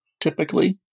typically